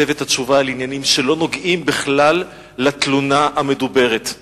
הסב את התשובה לעניינים שלא נוגעים כלל לתלונה המדוברת.